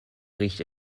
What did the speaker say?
riecht